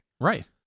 Right